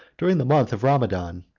during the month of ramadan,